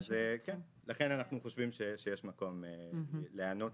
כן, לכן אנחנו חושבים שיש מקום להיענות